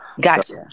Gotcha